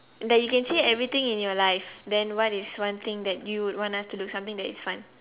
that you can see everything in your life then what is one thing that you would want us to do something that is fun